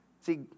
See